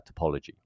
topology